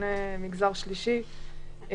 וארגוני מגזר שלישי.